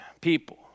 people